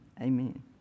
amen